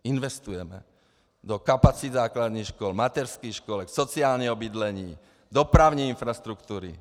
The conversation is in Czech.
Investujeme do kapacit základních škol, mateřských škol, sociálního bydlení, dopravní infrastruktury.